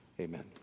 amen